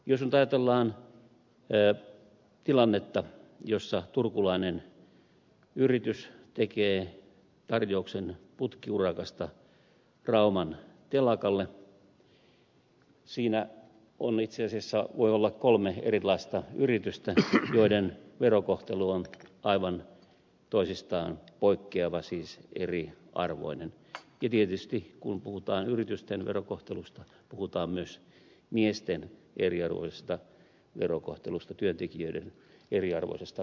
jos nyt ajatellaan tilannetta jossa turkulainen yritys tekee tarjouksen putkiurakasta rauman telakalle siinä itse asiassa voi olla kolme erilaista yritystä joiden verokohtelu on aivan toisistaan poikkeava siis eriarvoinen ja tietysti kun puhutaan yritysten verokohtelusta puhutaan myös miesten eriarvoisesta verokohtelusta työntekijöiden eriarvoisesta verokohtelusta